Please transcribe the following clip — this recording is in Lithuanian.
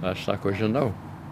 aš sako žinau